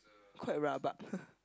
quite rabak